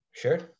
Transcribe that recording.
Sure